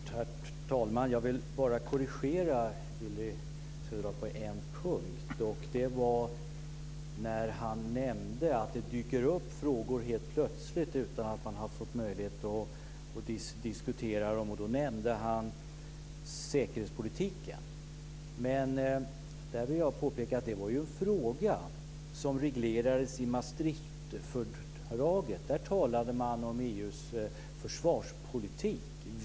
Herr talman! Jag vill bara korrigera Willy Söderdahl på en punkt. Det var när han nämnde att det dyker upp frågor helt plötsligt utan att man har fått möjlighet att diskutera dem. Då nämnde han säkerhetspolitiken. Där vill jag påpeka att det var en fråga som reglerades i Maastrichtfördraget. Där talade man om EU:s försvarspolitik.